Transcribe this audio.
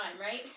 right